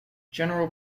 general